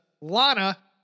Lana